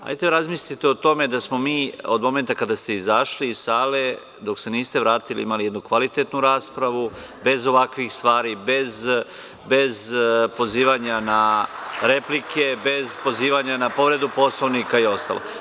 Hajde razmislite o tome da smo mi od momenta izašli iz sale, dok se niste vratili, imali jednu kvalitetnu raspravu, bez ovakvih stvari, bez pozivanja na replike, bez pozivanja na povredu Poslovnika, i sve ostalo.